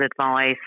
advice